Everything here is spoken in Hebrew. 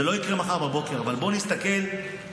זה לא יקרה מחר בבוקר, אבל בוא נסתכל קדימה.